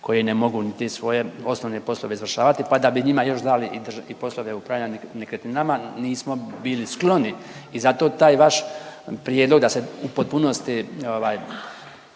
koje ne mogu niti svoje poslovne poslove izvršavati, pa da bi njima još dali i drž…, i poslove upravljanja nekretninama, nismo bili skloni i zato taj vaš prijedlog da se u potpunosti